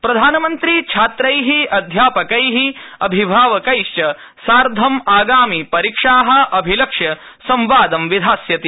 प्रधानमन्त्री छात्रअध्यापक अभिभावक्ष्मि च सार्धं आगामिपरीक्षा अभिलक्ष्य संवाद विधास्यति